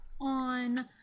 on